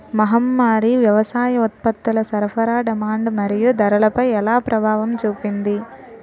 మహమ్మారి వ్యవసాయ ఉత్పత్తుల సరఫరా డిమాండ్ మరియు ధరలపై ఎలా ప్రభావం చూపింది?